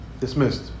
dismissed